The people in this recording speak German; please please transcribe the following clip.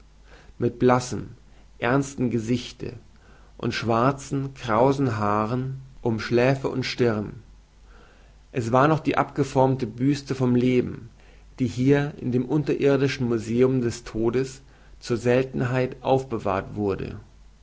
mit blassem ernsten gesichte und schwarzen krausen haaren um schläfe und stirn es war noch die abgeformte büste vom leben die hier in dem unterirdischen museum des todes zur seltenheit aufbewahrt wurde